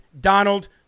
Donald